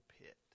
pit